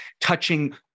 touching